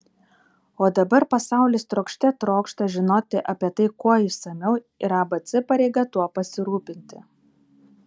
o dabar pasaulis trokšte trokšta žinoti apie tai kuo išsamiau ir abc pareiga tuo pasirūpinti